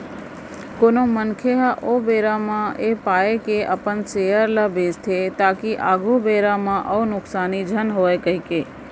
कोनो मनखे ह ओ बेरा म ऐ पाय के अपन सेयर ल बेंचथे ताकि आघु बेरा म अउ नुकसानी झन होवय कहिके